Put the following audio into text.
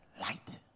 light